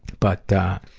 but ah,